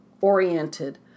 oriented